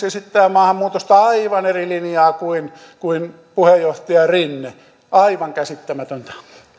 esittää maahanmuutosta aivan eri linjaa kuin kuin puheenjohtaja rinne aivan käsittämätöntä